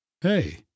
Hey